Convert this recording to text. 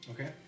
Okay